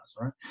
right